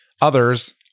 others